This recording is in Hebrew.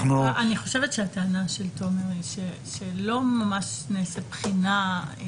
אני חושבת שהטענה של תומר היא שלא ממש נעשית בחינה.